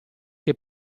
che